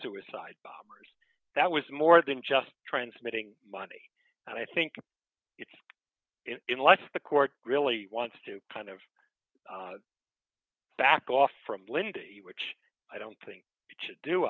suicide bombers that was more than just transmitting money and i think it lets the court really wants to kind of back off from lindy which i don't think it should do